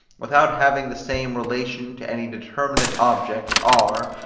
without having the same relation to any determinate object, are,